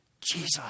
Jesus